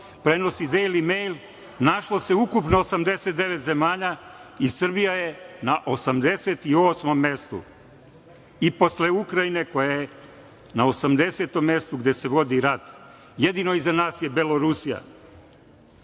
prenosi "Dejli mejl" našlo se ukupno 89 zemalja i Srbija je na 88 mestu i posle Ukrajine koja je na 80 mestu gde se vodi rat. Jedino iza nas je Belorusija. Ono